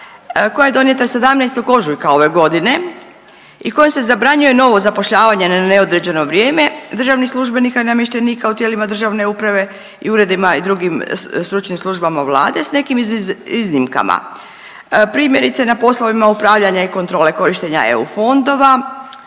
koja je donijeta 17. ožujka ove godine i kojom se zabranjuje novo zapošljavanje na neodređeno vrijeme državnih službenika i namještenika u tijelima državne uprave i uredima i drugim stručnim službama Vlade s nekim iznimkama. Primjerice na poslovima upravljanja i kontrole korištenja EU fondova